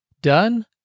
done